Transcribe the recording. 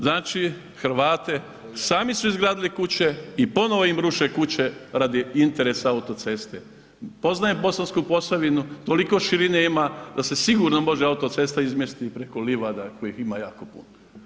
Znači, Hrvate, sami su izgradili kuće i ponovo im ruše kuće radi interesa autoceste, poznajem Bosansku Posavinu, toliko širine ima da se sigurno može autocesta izmjestiti i preko livada kojih ima jako puno.